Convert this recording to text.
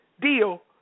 deal